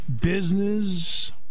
business